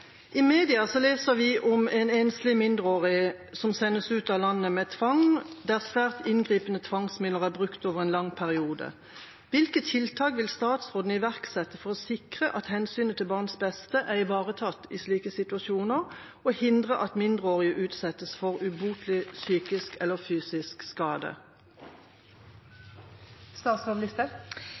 sendes ut av landet med tvang, der svært inngripende tvangsmidler er brukt over en lang periode. Hvilke tiltak vil statsråden iverksette for å sikre at hensynet til barns beste er ivaretatt i slike situasjoner, og hindre at mindreårige utsettes for ubotelig psykisk eller fysisk skade?»